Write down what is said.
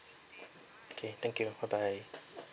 okay thank you bye bye